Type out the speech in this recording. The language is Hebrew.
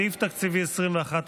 42. סעיף תקציבי 21,